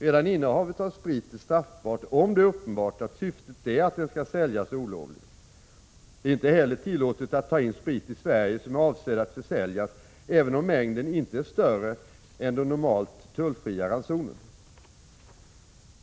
Redan innehavet av sprit är straffbart, om det är uppenbart att syftet är att den skall säljas olovligen. Det är inte heller tillåtet att ta in sprit i Sverige som är avsedd att försäljas, även om mängden inte är större än den normalt tullfria ransonen.